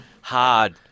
hard